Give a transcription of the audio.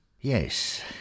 Yes